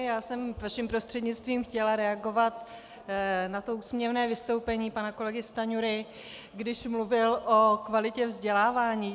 Já jsem vaším prostřednictvím chtěla reagovat na úsměvné vystoupení pana kolegy Stanjury, když mluvil o kvalitě vzdělávání.